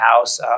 house